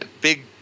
big